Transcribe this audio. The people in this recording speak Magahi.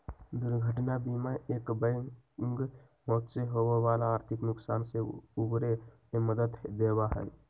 दुर्घटना बीमा एकबैग मौत से होवे वाला आर्थिक नुकसान से उबरे में मदद देवा हई